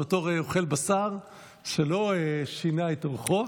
בתור אוכל בשר שלא שינה את אורחו,